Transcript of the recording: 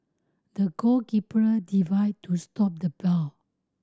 the goalkeeper divide to stop the ball